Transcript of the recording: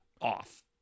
off